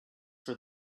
for